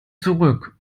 zurück